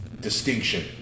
distinction